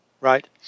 right